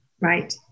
right